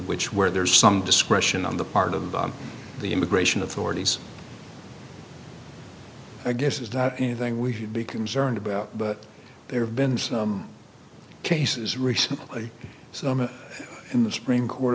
which where there is some discretion on the part of the immigration authorities i guess is that anything we should be concerned about but there have been some cases recently in the supreme court